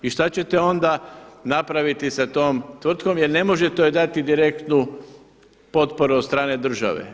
I šta ćete onda napraviti sa tom tvrtkom jer ne možete joj dati direktnu potporu od strane države.